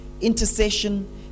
intercession